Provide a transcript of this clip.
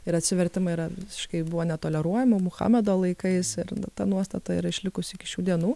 ir atsivertimai yra visiškai buvo netoleruojama muchamedo laikais ir ta nuostata yra išlikusi iki šių dienų